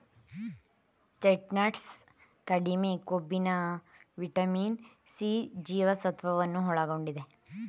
chestnut ಕಡಿಮೆ ಕೊಬ್ಬಿನ vitamin C ಜೀವಸತ್ವವನ್ನು ಒಳಗೊಂಡಿದೆ